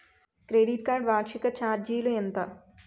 Credit card వార్షిక ఛార్జీలు ఎంత?